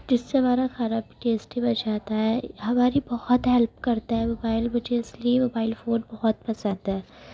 جس سے ہمارا کھانا بھی ٹیسٹی بن جاتا ہے ہماری بہت ہیلپ کرتا ہے موبائل مجھے اس لیے موبائل فون بہت پسند ہے